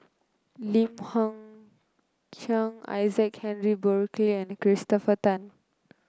Lim Hng Kiang Isaac Henry Burkill and Christopher Tan